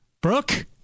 Brooke